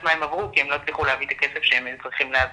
מה הם עברו כי הם לא הצליחו להביא את הכסף שהם צריכים להביא,